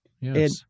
yes